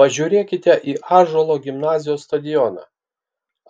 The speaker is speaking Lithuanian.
pažiūrėkite į ąžuolo gimnazijos stadioną